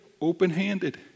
open-handed